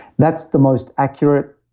that's the most accurate,